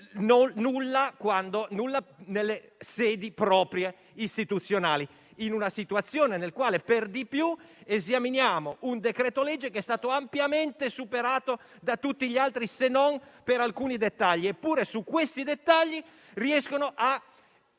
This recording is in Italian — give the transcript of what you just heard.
arriva nelle sedi proprie, istituzionali, in una situazione nella quale per di più esaminiamo un decreto-legge che è stato ampiamente superato da tutti gli altri, se non per alcuni dettagli, sui quali comunque riescono a